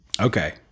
Okay